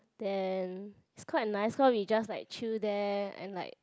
then it's quite nice cause we just like chill there and like